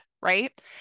Right